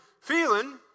feeling